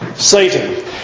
Satan